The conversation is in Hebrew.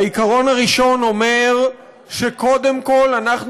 העיקרון הראשון אומר שקודם כול אנחנו